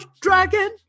Dragon